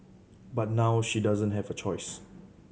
but now she doesn't have a choice